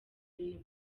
ibintu